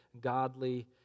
godly